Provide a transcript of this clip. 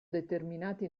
determinate